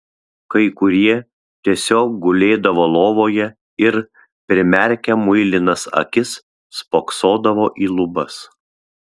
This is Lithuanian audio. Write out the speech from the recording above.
kai kurie tiesiog gulėdavo lovoje ir primerkę muilinas akis spoksodavo į lubas